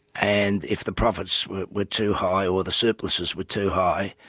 and if the profits were were too high or the surpluses were too high,